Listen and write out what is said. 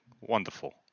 Wonderful